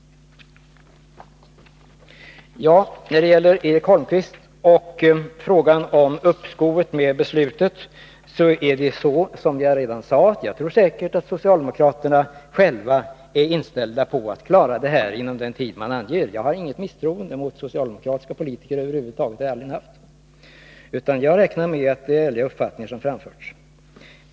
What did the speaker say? Så till Eric Holmqvist och uppskovet med beslutet. Som jag redan sagt tror jag säkert att socialdemokraterna själva är inställda på att klara det inom den tid man anger — jag hyser inget misstroende mot socialdemokratiska politiker över huvud taget; det har jag aldrig gjort. Jag räknar med att det är ärliga uppfattningar som framförs.